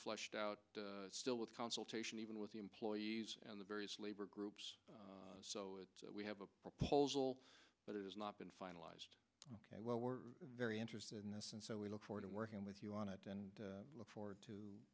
fleshed out still with consultation even with the employees and the various labor groups so we have a proposal but it has not been finalized ok well we're very interested in this and so we look forward to working with you on it and look forward to